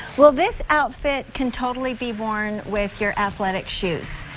well, this outfit can totally be worn with your athletic shoes.